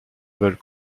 vols